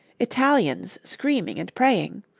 italians screaming and praying,